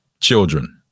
children